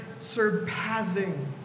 surpassing